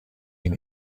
این